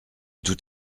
tout